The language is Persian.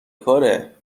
کاره